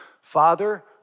Father